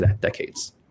decades